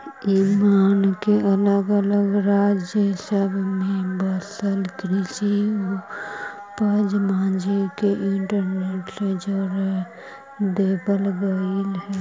ईनाम में अलग अलग राज्य सब में बसल कृषि उपज मंडी के इंटरनेट से जोड़ देबल गेलई हे